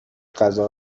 غذا